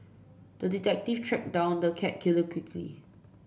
the detective tracked down the cat killer quickly